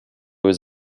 was